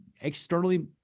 externally